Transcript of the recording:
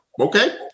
okay